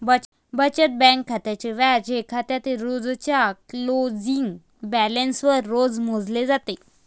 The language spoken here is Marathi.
बचत बँक खात्याचे व्याज हे खात्यातील रोजच्या क्लोजिंग बॅलन्सवर रोज मोजले जाते